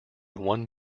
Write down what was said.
one